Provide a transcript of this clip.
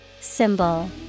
Symbol